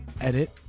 edit